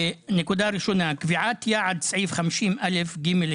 נקודה ראשונה קביעת יעד, סעיף 50א(ג1)